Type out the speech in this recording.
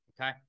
okay